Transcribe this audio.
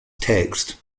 text